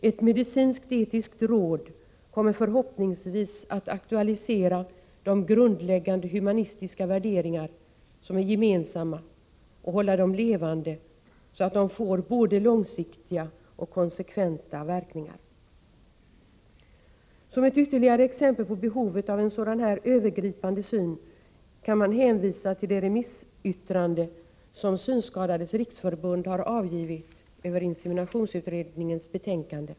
Ett medicinskt-etiskt råd kommer förhoppningsvis att aktualisera de grundläggande humanistiska värderingar som är gemensamma och hålla dem levande, så att de får både långsiktiga och konsekventa verkningar. Som ett ytterligare exempel på behovet av en sådan här övergripande syn kan man hänvisa till det remissyttrande som Synskadades riksförbund har avgivit över inseminationsutredningens betänkande.